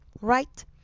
Right